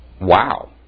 Wow